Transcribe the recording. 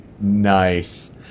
Nice